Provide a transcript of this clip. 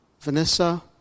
Vanessa